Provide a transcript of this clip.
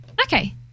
Okay